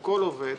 כל עובד,